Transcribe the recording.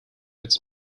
its